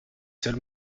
seuls